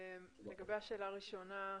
אתם רוצים להשיב לגבי השאלה הראשונה.